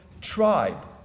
tribe